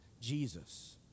Jesus